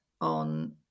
on